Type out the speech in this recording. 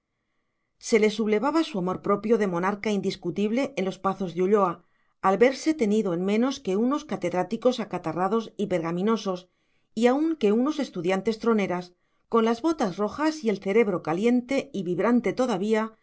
se le sublevaba su amor propio de monarca indiscutible en los pazos de ulloa al verse tenido en menos que unos catedráticos acatarrados y pergaminosos y aun que unos estudiantes troneras con las botas rojas y el cerebro caliente y vibrante todavía